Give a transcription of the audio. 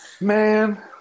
Man